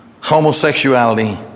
homosexuality